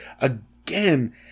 again